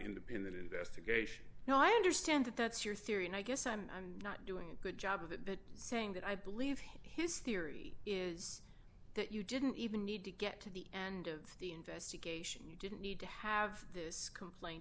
independent investigation now i understand that that's your theory and i guess i'm not doing a good job of that saying that i believe his theory is that you didn't even need to get to the end of the investigation you didn't need to have this complain